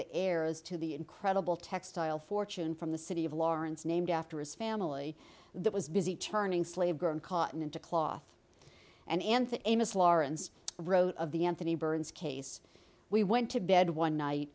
the heirs to the incredible textile fortune from the city of lawrence named after his family that was busy turning slave girl in cotton into cloth and and that amos lawrence wrote of the anthony burns case we went to bed one night